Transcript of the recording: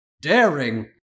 daring